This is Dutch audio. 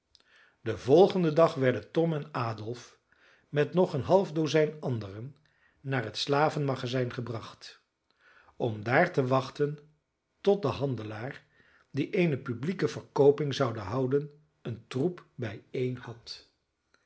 den volgenden dag werden tom en adolf met nog een half dozijn anderen naar het slavenmagazijn gebracht om daar te wachten tot de handelaar die eene publieke verkooping zoude houden een troep bijeen had